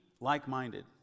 like-minded